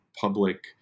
Public